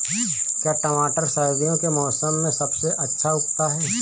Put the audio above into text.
क्या टमाटर सर्दियों के मौसम में सबसे अच्छा उगता है?